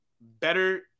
better